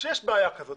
וכשיש בעיה כזאת,